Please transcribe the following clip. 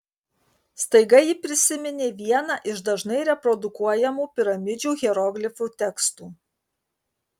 staiga ji prisiminė vieną iš dažnai reprodukuojamų piramidžių hieroglifų tekstų